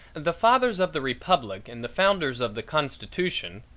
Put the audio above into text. the fathers of the republic and the founders of the constitution,